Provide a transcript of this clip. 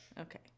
Okay